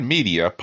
Media